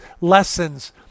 lessons